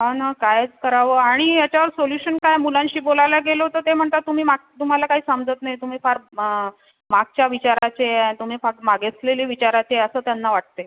हा ना काय करावं आणि याच्यावर सोल्यूशन काय मुलांशी बोलायला गेलो तर ते म्हणतात तुम्ही माग तुम्हाला काय समजत नाही तुम्ही फार मागच्या विचाराचे आहे तुम्ही फार मागासलेले विचाराचे आहे असं त्यांना वाटते